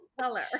color